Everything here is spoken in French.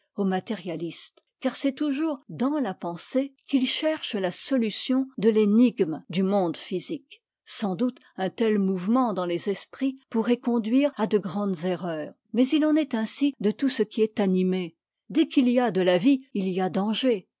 aux matérialistes car c'est toujours dans la pensée qu'ils cherchent la solution de l'énigme du monde physique sans doute un tel mouvement dans les esprits pourrait conduire à de grandes erreurs mais il en est ainsi de tout ce qui est animé dès qu'il y a vie il y a danger